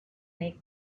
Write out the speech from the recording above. make